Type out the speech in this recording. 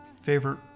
favorite